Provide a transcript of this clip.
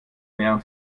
mehren